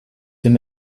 den